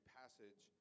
passage